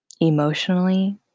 emotionally